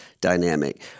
dynamic